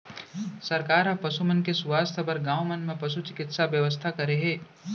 सरकार ह पसु मन के सुवास्थ बर गॉंव मन म पसु चिकित्सा के बेवस्था करे हे